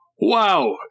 Wow